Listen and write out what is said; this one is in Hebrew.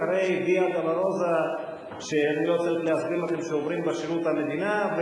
אחרי ויה-דולורוזה שאני לא צריך להסביר לכם שעוברים בשירות המדינה,